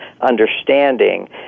understanding